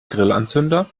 grillanzünder